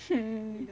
mm